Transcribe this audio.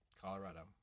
Colorado